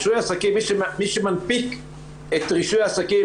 מי שמנפיק את רישוי העסקים,